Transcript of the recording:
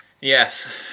Yes